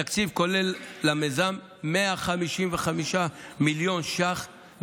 התקציב הכולל למיזם 155 מיליון ש"ח,